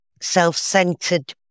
self-centered